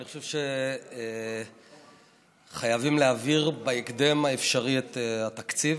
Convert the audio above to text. אני חושב שחייבים להעביר בהקדם האפשרי את התקציב.